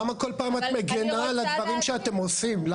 למה כל הזמן את מגנה על הדברים שאתם עושים?